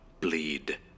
bleed